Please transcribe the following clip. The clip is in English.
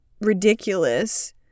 ridiculous